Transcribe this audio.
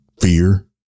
fear